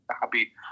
happy